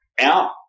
out